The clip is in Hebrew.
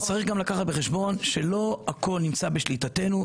וצריך גם לקחת בחשבון שלא הכל נמצא בשליטתנו,